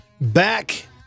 back